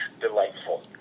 delightful